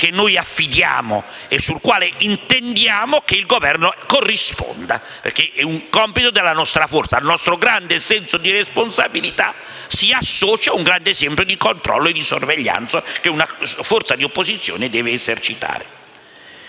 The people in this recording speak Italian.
che noi affidiamo e sul quale intendiamo che il Governo corrisponda, perché è un compito della nostra forza. Al nostro grande senso di responsabilità si associa un grande esempio di controllo e di sorveglianza che una forza di opposizione deve esercitare.